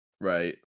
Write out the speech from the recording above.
Right